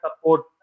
support